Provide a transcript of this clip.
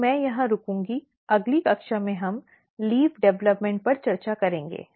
तो मैं यहां रुकूंगा अगली कक्षा में हम पत्ती विकास पर चर्चा करेंगे